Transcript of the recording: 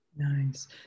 Nice